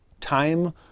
Time